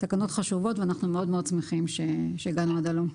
תקנות חשובות ואנחנו מאוד מאוד שמחים שהגענו עד הלום.